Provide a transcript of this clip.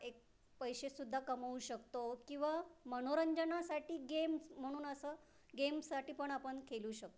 एक पैसेसुद्धा कमवू शकतो किंवा मनोरंजनासाठी गेम्स म्हणून असं गेम्ससाठी पण आपण खेळू शकतो